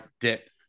depth